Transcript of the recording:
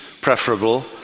preferable